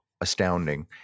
astounding